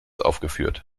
aufgeführt